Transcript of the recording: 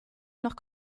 nach